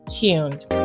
tuned